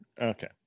okay